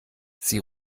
sie